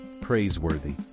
praiseworthy